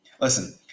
listen